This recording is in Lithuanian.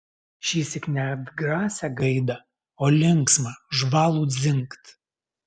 šįsyk ne atgrasią gaidą o linksmą žvalų dzingt